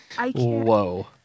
Whoa